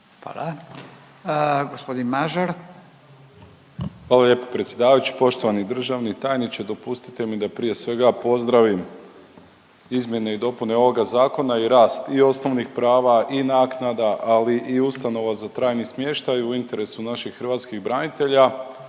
**Mažar, Nikola (HDZ)** Hvala lijepo predsjedavajući. Poštovani državni tajniče, dopustite mi da prije svega pozdravim izmjene i dopune ovoga zakona i rast i osnovnih prava i naknada, ali i ustanova za trajni smještaj u interesu naših hrvatskih branitelja,